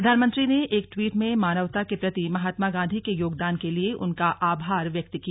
प्रधानमंत्री ने एक ट्वीट में मानवता के प्रति महात्मा गांधी के योगदान के लिए उनका आभार व्यक्त किया